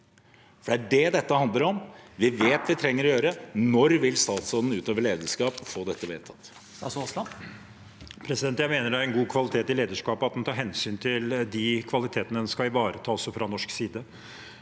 For det er det dette handler om. Vi vet hva vi trenger å gjøre. Når vil statsråden utøve lederskap og få dette vedtatt?